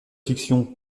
fiction